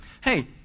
Hey